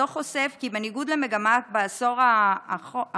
הדוח חושף כי בניגוד למגמה בעשור האחרון,